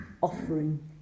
offering